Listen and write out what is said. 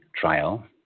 Trial